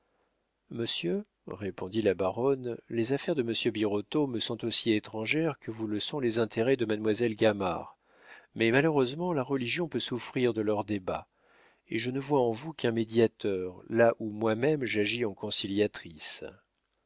monsieur répondit la baronne les affaires de monsieur birotteau me sont aussi étrangères que vous le sont les intérêts de mademoiselle gamard mais malheureusement la religion peut souffrir de leurs débats et je ne vois en vous qu'un médiateur là où moi-même j'agis en conciliatrice